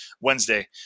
Wednesday